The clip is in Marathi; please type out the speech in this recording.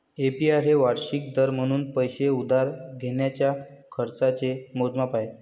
ए.पी.आर हे वार्षिक दर म्हणून पैसे उधार घेण्याच्या खर्चाचे मोजमाप आहे